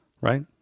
right